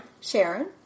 Sharon